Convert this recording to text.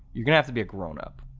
you're gonna have to be a grown-up.